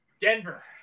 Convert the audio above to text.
Denver